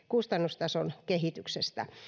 kustannustason kehityksestä